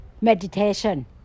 meditation